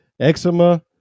eczema